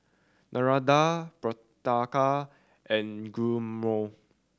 Maranda Patrica and Guillermo